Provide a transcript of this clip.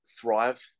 thrive